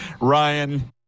Ryan